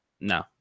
no